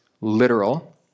literal